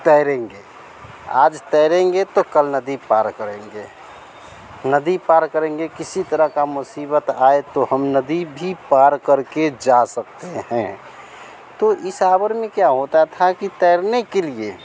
तैरेंगे आज तैरेंगे तो कल नदी पार करेंगे नदी पार करेंगे किसी तरह की मुसीबत आए तो हम नदी भी पार करके जा सकते हैं तो इस आवर में क्या होता था कि तैरने के लिए